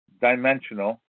dimensional